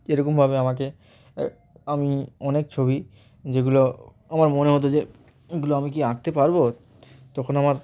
যেরকমভাবে আমাকে আমি অনেক ছবি যেগুলো আমার মনে হতো যে এগুলো আমি কি আঁকতে পারব তখন আমার